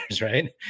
right